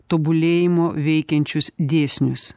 tobulėjimo veikiančius dėsnius